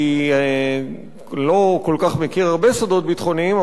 כי אני לא כל כך מכיר סודות ביטחוניים,